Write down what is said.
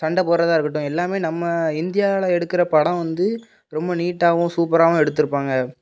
சண்ட போடுறதாக இருக்கட்டும் எல்லாமே நம்ம இந்தியாவில் எடுக்கிற படம் வந்து ரொம்ப நீட்டாகவும் சூப்பராவும் எடுத்திருப்பாங்க